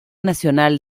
nacional